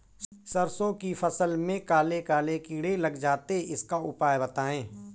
सरसो की फसल में काले काले कीड़े लग जाते इसका उपाय बताएं?